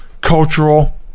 Cultural